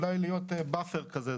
אולי להיות באפר כזה,